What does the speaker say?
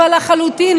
אבל לחלוטין,